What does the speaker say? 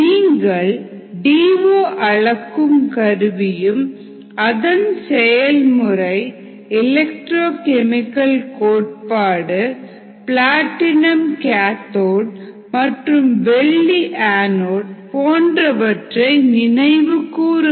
நீங்கள் D O அளக்கும் கருவியும் அதன் செயல்முறை எலக்ட்ரோ கெமிக்கல் கோட்பாடு பிளாட்டினம் கேத்தோடு மற்றும் வெள்ளி ஆநோடு போன்றவற்றை நினைவு கூறுங்கள்